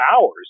hours